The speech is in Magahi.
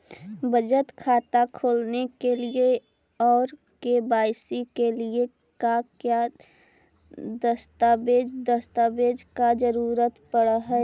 बचत खाता खोलने के लिए और के.वाई.सी के लिए का क्या दस्तावेज़ दस्तावेज़ का जरूरत पड़ हैं?